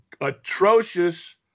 atrocious